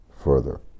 further